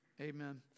Amen